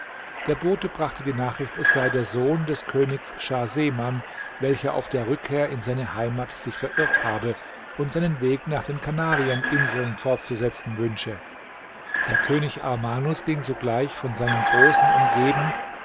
der bote brachte die nachricht es sei der sohn des königs schah seman welcher auf der rückkehr in seine heimat sich verirrt habe und seinen weg nach den kanarieninseln fortzusetzen wünsche der könig armanus ging sogleich von seinen großen umgeben